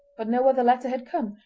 but no other letter had come,